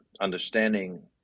understanding